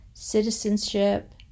citizenship